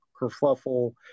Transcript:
kerfuffle